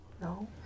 No